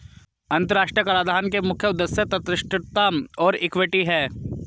अंतर्राष्ट्रीय कराधान के मुख्य उद्देश्य तटस्थता और इक्विटी हैं